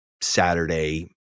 Saturday